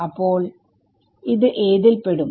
അപ്പോൾ ഏതിൽ പെടും